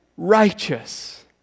Righteous